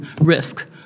risk